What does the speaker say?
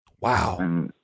Wow